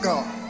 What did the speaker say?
God